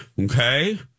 Okay